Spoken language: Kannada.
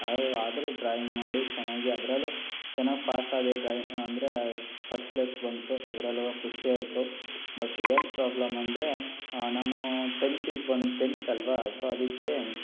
ಆರು ಆದರೂ ಡ್ರಾಯಿಂಗ್ ಮಾಡಿ ಚೆನ್ನಾಗಿ ಅದ್ರಲ್ಲೂ ಚೆನ್ನಾಗಿ ಪಾಸಾದೆ ಡ್ರಾಯಿ ಅಂದರೆ ಫಸ್ಟ್ ಪ್ಲೇಸ್ ಬಂತು ಅದರಲ್ಲೂ ಖುಷಿ ಆಯಿತು ಬಟ್ ಏನು ಪ್ರಾಬ್ಲಮ್ ಅಂದರೆ ನಾನೂ ಟೆಂತಿಗೆ ಬಂದು ಟೆಂತ್ ಅಲ್ವ ಸೊ ಅದಕ್ಕೆ